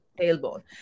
tailbone